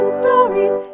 stories